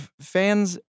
fans